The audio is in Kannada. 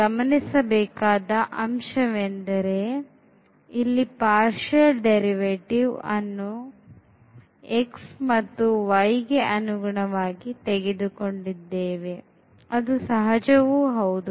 ಗಮನಿಸಬೇಕಾದ ಅಂಶವೆಂದರೆ ಇಲ್ಲಿ partial derivative ಅನ್ನೋ x ಮತ್ತು y ಗೆ ಅನುಗುಣವಾಗಿ ತೆಗೆದುಕೊಂಡಿದ್ದೇವೆ ಅದು ಸಹಜವೂ ಹೌದು